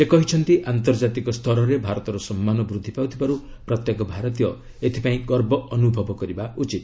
ସେ କହିଛନ୍ତି ଆନ୍ତର୍କାତିକ ସ୍ତରରେ ଭାରତର ସମ୍ମାନ ବୃଦ୍ଧି ପାଉଥିବାରୁ ପ୍ରତ୍ୟେକ ଭାରତୀୟ ଏଥିପାଇଁ ଗର୍ବ ଅନୁଭବ କରିବା ଉଚିତ